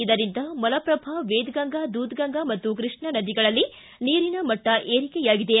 ಇದರಿಂದ ಮಲಪ್ರಭಾ ವೇದಗಂಗಾ ದೂದಗಂಗಾ ಮತ್ತು ಕ್ಕಷ್ಣಾ ನದಿಗಳಲ್ಲಿ ನೀರಿನ ಮಟ್ಟ ಏರಿಕೆಯಾಗಿದೆ